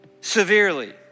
severely